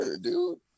dude